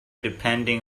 depending